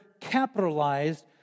capitalized